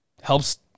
helps